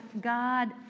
God